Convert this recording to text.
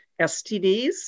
STDs